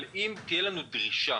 אבל אם תהיה לנו דרישה